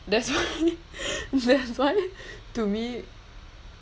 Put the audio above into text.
that's why that's why to me